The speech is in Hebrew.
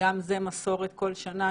שגם זו מסורת כל שנה